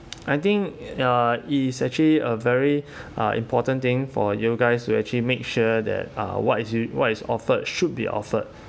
I think uh it is actually a very uh important thing for you guys to actually make sure that uh what is you what is offered should be offered